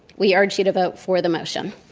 we urge you to vote for the motion.